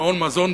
מעון ומזון,